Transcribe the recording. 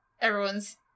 everyone's